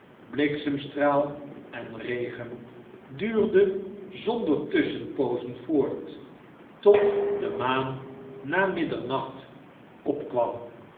bliksemstraal en regen duurde zonder tusschenpoozen voort tot de maan na middernacht opkwam